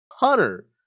hunter